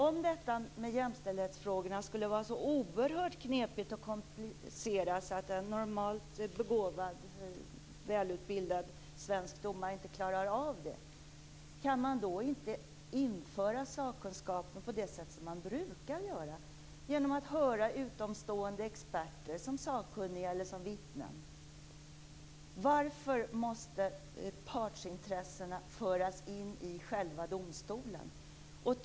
Om jämställdhetsfrågorna skulle vara så oerhört knepiga och komplicerade att en normalt begåvad och välutbildad svensk domare inte klarar av dem, kan man då inte införa sakkunskapen på det sätt som man brukar göra, nämligen genom att höra utomstående experter som sakkunniga eller som vittnen? Varför måste partsintressena föras in i själva domstolen?